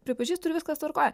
pripažįstu ir viskas tvarkoj